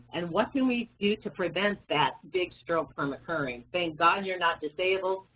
and what can we do to prevent that big stroke from occurring? thank god you're not disabled,